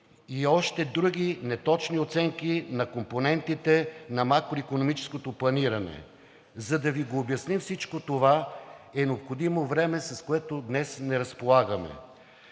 и още други неточни оценки на компонентите на макроикономическото планиране. За да Ви обясним всичко това, е необходимо време, с което днес не разполагаме.